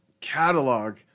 catalog